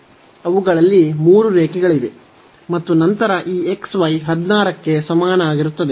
ಅವುಗಳಲ್ಲಿ ಮೂರು ರೇಖೆಗಳಿವೆ ಮತ್ತು ನಂತರ ಈ xy 16 ಕ್ಕೆ ಸಮನಾಗಿರುತ್ತದೆ